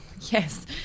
yes